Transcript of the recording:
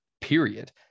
period